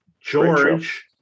George